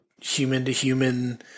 human-to-human